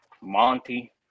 Monty